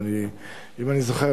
אם אני זוכר,